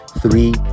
three